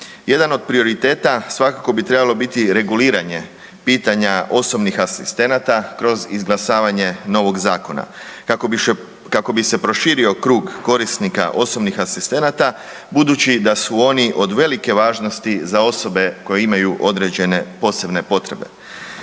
Jedan od prioriteta svakako bi trebalo biti reguliranje pitanja osobnih asistenata kroz izglasavanje novog zakona kako bi se proširio krug korisnika osobnih asistenata budući da su oni od velike važnosti za osobe koje imaju određene posebne potrebe.